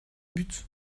buts